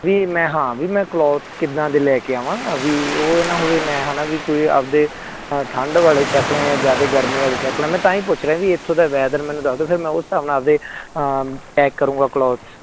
ਵੀ ਮੈਂ ਹਾਂ ਵੀ ਮੈਂ ਕਲੋਥਸ ਕਿੱਦਾਂ ਦੇ ਲੈ ਕੇ ਆਵਾਂ ਅ ਵੀ ਉਹ ਇਹ ਨਾ ਹੋਵੇ ਮੈਂ ਹੈ ਨਾ ਵੀ ਕੋਈ ਆਪਣੇ ਠੰਡ ਵਾਲੇ ਚੱਕ ਲਾਂ ਜਾਂ ਜ਼ਿਆਆ ਗਰਮੀ ਵਾਲੇ ਚੱਕ ਲਾਂ ਮੈਂ ਤਾਂ ਹੀ ਪੁੱਛ ਰਿਹਾ ਇੱਥੋਂ ਤਾਂ ਵੈਦਰ ਮੈਨੂੰ ਦੱਸ ਦਿਓ ਫਿਰ ਮੈਂ ਉਸ ਹਿਸਾਬ ਨਾਲ ਆਪਣੇ ਪੈਕ ਕਰੂੰਗਾ ਕਲੋਥਸ